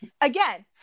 again